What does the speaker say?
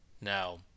Now